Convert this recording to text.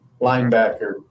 linebacker